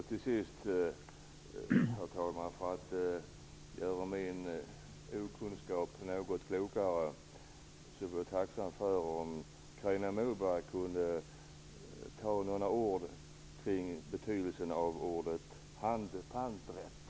Till sist vore jag tacksam om Carina Moberg kunde göra min okunskap något mindre genom att säga några ord om betydelsen av ordet "handpanträtt".